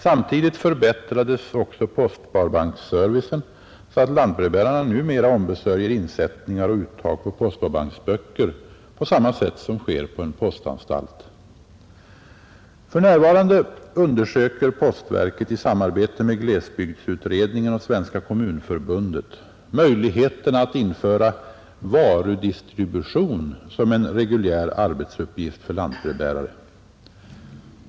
Samtidigt förbättrades också postsparbanksservicen så att lantbrevbärarna numera ombesörjer insättningar och uttag på postsparbanksböcker på samma sätt som sker på en postanstalt. För närvarande undersöker postverket — i samarbete med glesbygdsutredningen och Svenska kommunförbundet — möjligheterna att införa varudistribution som en reguljär arbetsuppgift för lantbrevbärare.